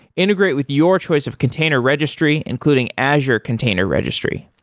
integrate with your choice of container registry, including azure container registry.